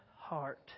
heart